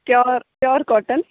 pure pure cotton